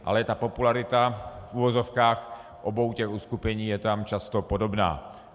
Ale ta popularita v uvozovkách obou uskupení je často podobná.